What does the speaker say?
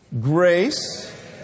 Grace